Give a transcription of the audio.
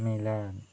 Milan